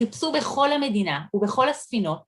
חיפשו בכל המדינה ובכל הספינות.